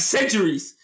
Centuries